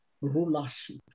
rulership